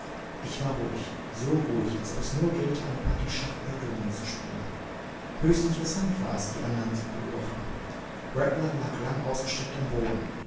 ich war ruhig so ruhig als ob es nur gelte eine partie schach oder domino zu spielen höchst interessant war es die andern zu beobachten rattler lag lang ausgestreckt am boden